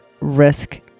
risk